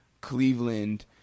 Cleveland